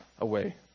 away